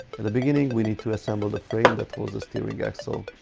and the beginning we need to assemble the frame that holds the steering axle,